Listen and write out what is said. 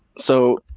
so,